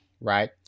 right